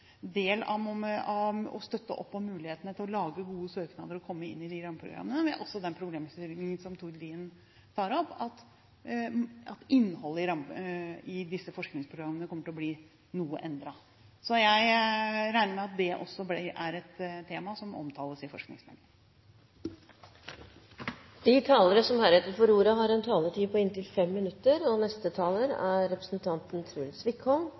å støtte opp om mulighetene til å lage gode søknader og komme inn i de rammeprogrammene. Vi har også den problemstillingen som Tord Lien tar opp, at innholdet i disse forskningsprogrammene kommer til å bli noe endret. Jeg regner med at det også er et tema som omtales i forskningsmeldingen.